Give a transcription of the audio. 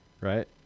right